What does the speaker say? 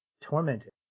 tormented